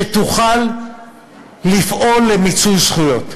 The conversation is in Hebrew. שתוכל לפעול למיצוי זכויות,